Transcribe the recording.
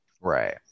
Right